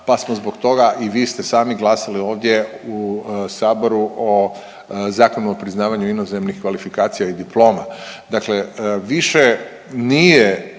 pa smo zbog toga i vi ste sami glasali ovdje u saboru o Zakonu o priznavanju inozemnih kvalifikacija i diploma. Dakle, više nije